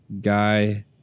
Guy